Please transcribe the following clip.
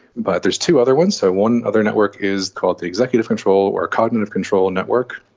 but there's two other ones, so one other network is called the executive control or cognitive control and network,